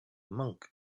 monk